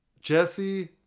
jesse